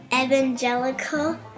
evangelical